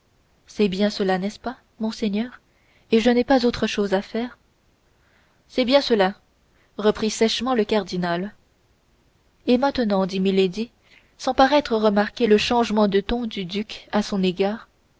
c'est bien cela n'est-ce pas monseigneur et je n'ai pas autre chose à faire c'est bien cela reprit sèchement le cardinal et maintenant dit milady sans paraître remarquer le changement de ton du duc à son égard